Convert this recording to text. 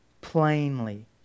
plainly